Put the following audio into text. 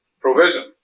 Provision